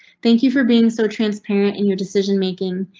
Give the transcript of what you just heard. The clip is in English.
thank you for being so transparent in your decision making.